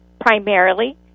primarily